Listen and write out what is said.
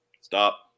Stop